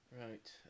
Right